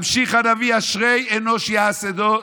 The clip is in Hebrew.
ממשיך הנביא: "אשרי אנוש יעשה זאת